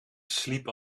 sliep